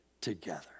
together